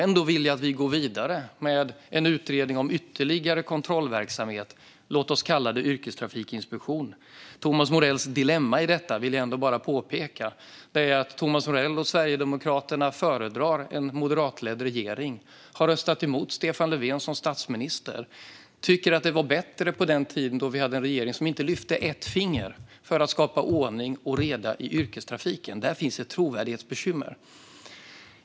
Ändå vill jag att vi går vidare med en utredning om ytterligare kontrollverksamhet - låt oss kalla det en yrkestrafikinspektion. Thomas Morells dilemma i detta, vill jag bara påpeka, är att han och Sverigedemokraterna föredrar en moderatledd regering. De har röstat emot Stefan Löfven som statsminister och tycker att det var bättre på den tiden då vi hade en regering som inte lyfte ett finger för att skapa ordning och reda i yrkestrafiken. Där finns ett trovärdighetsbekymmer.